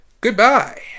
goodbye